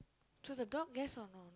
so the dog yes or no